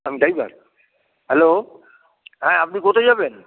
আমি driver hello হ্যাঁ আপনি কোথায় যাবেন